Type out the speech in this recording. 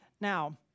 Now